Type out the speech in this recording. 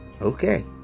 Okay